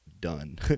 done